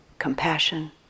compassion